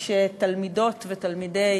שתלמידות ותלמידי